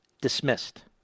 dismissed